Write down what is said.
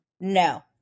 no